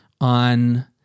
on